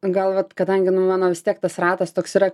gal vat kadangi nu mano vis tiek tas ratas toks yra